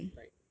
like